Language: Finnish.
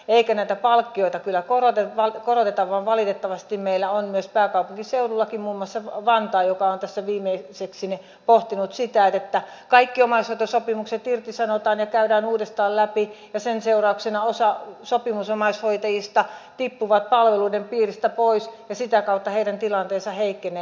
eikä näitä palkkioita kyllä koroteta vaan valitettavasti pääkaupunkiseudullakin muun muassa vantaa on tässä viimeiseksi pohtinut sitä että kaikki omaishoitosopimukset irtisanotaan ja käydään uudestaan läpi ja sen seurauksena osa sopimusomaishoitajista tippuu palveluiden piiristä pois ja sitä kautta heidän tilanteensa heikkenee